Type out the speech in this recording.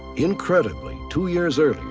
incredibly two years earlier,